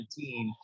2019